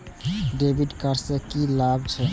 डेविट कार्ड से की लाभ छै?